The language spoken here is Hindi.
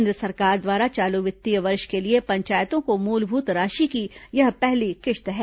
केन्द्र सरकार द्वारा चालू वित्तीय वर्ष के लिए पंचायतों को मूलभूत राशि की यह पहली किश्त है